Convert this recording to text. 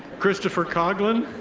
christopher coughlin.